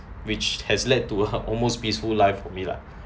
which has led to uh almost peaceful life for me lah